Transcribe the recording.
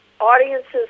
audiences